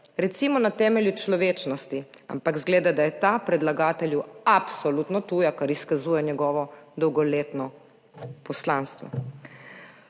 recimo na temelju človečnosti, ampak izgleda, da je ta predlagatelju absolutno tuja, kar izkazuje njegovo dolgoletno poslanstvo.